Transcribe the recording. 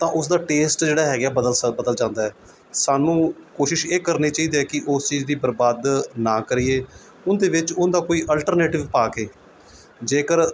ਤਾਂ ਉਸਦਾ ਟੇਸਟ ਜਿਹੜਾ ਹੈਗਾ ਬਦਲ ਸਕ ਬਦਲ ਜਾਂਦਾ ਸਾਨੂੰ ਕੋਸ਼ਿਸ਼ ਇਹ ਕਰਨੀ ਚਾਹੀਦਾ ਹੈ ਕਿ ਓਸ ਚੀਜ਼ ਦੀ ਬਰਬਾਦ ਨਾ ਕਰੀਏ ਉਹਦੇ ਵਿੱਚ ਉਹਦਾ ਕੋਈ ਅਲਟਰਨੇਟਿਵ ਪਾ ਕੇ ਜੇਕਰ